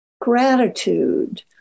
gratitude